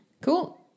Cool